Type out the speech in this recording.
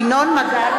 אינה נוכחת ירון מזוז,